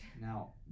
Now